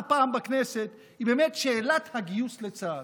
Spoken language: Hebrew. פעם בכנסת היא באמת שאלת הגיוס לצה"ל.